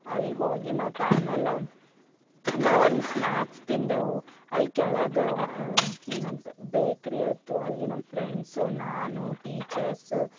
ಅಲ್ಲಿ ಹೋಗಿ ಮತ್ತು ಆಮೇಲೆ ನಾವು ಅಲ್ಲಿ ಸ್ನ್ಯಾಕ್ಸ್ ತಿಂದೆವು ಅಲ್ಲಿ ಕೆಳಗವ ಏನಂತ ಬೇಕ್ರಿಯಿತ್ತು ಅಲ್ಲಿ ನಮ್ಮ ಫ್ರೆಂಡ್ಸು ನಾನು ಟೀಚರ್ಸ್